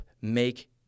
make